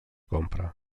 compra